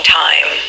time